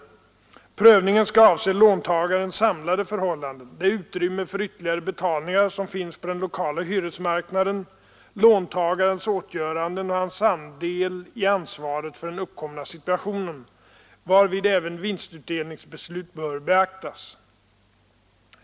Prövningen skall avse låntagarens samlade förhållanden, det utrymme för ytterligare betalningar som finns på den lokala hyresmarknaden, låntagarens åtgöranden och hans andel i ansvaret för den uppkomna situationen, varvid även vinstutdelningsbeslut bör beaktas.